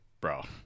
bro